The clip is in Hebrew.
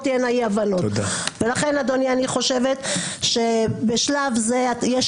אני חושבת שבשלב זה יש